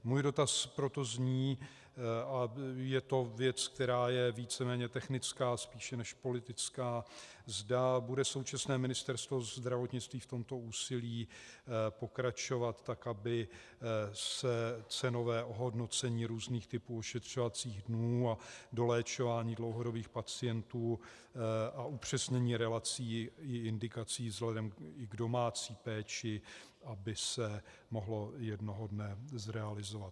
Můj dotaz proto zní, a je to věc, která je víceméně technická spíše než politická, zda bude současné Ministerstvo zdravotnictví v tomto úsilí pokračovat, aby se cenové ohodnocení různých typů ošetřovacích dnů a doléčování dlouhodobých pacientů a upřesnění relací i indikací vzhledem i k domácí péči mohlo jednoho dne zrealizovat.